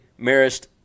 Marist